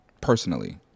Personally